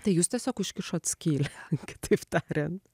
tai jūs tiesiog užkišot skylę kitaip tarian